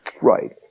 Right